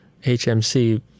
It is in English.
HMC